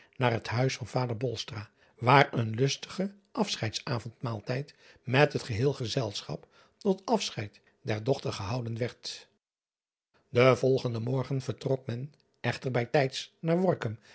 naar het huis van vader waar een lustige afscheids avondmaaltijd met het geheel gezelschap tot afscheid der dochter gehouden werd en volgenden morgen vertrok men echter bij tijds naar